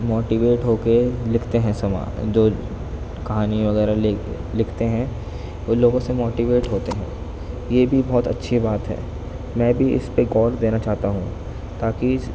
motivate ہو کے لکھتے ہیں سما جو کہانی وغیرہ لکھتے ہیں ان لوگوں سے موٹیویٹ ہوتے ہیں یہ بھی بہت اچھی بات ہے میں بھی اس پہ غور دینا چاہتا ہوں تاکہ